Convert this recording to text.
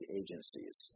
agencies